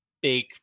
big